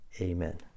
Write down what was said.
Amen